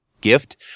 gift